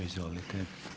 Izvolite.